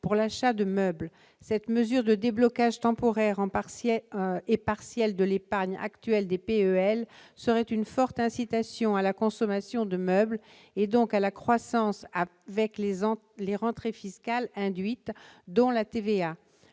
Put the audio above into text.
pour l'achat de meubles, cette mesure de déblocage temporaire en partielle et partiale de l'épargne actuelle des PEL serait une forte incitation à la consommation de meubles et donc à la croissance avec les enfants, les rentrées fiscales induites dans la TVA,